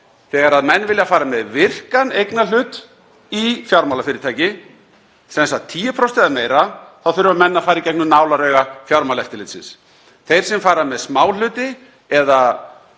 Þegar menn vilja fara með virkan eignarhlut í fjármálafyrirtæki, sem sagt 10% eða meira, þá þurfa menn að fara í gegnum nálarauga Fjármálaeftirlitsins. Þeir sem fara með smáhluti eða